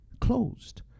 closed